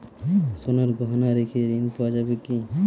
সোনার গহনা রেখে ঋণ পাওয়া যাবে কি?